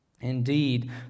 Indeed